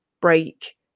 break